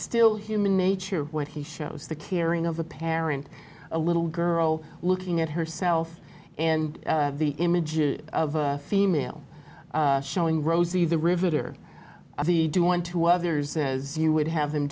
still human nature what he shows the caring of the parent a little girl looking at herself and the images of a female showing rosie the riveter of the do unto others as you would have them